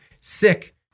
sick